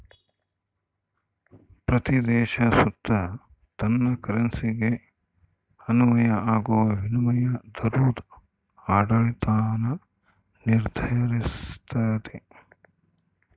ಪ್ರತೀ ದೇಶ ಸುತ ತನ್ ಕರೆನ್ಸಿಗೆ ಅನ್ವಯ ಆಗೋ ವಿನಿಮಯ ದರುದ್ ಆಡಳಿತಾನ ನಿರ್ಧರಿಸ್ತತೆ